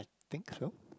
think so